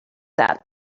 that